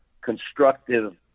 constructive